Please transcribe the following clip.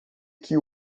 que